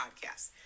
podcast